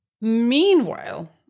Meanwhile